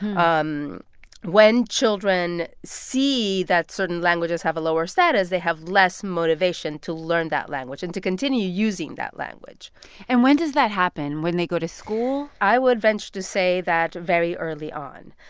um when children see that certain languages have a lower status, they have less motivation to learn that language and to continue using that language and when does that happen, when they go to school? i would venture to say that very early on.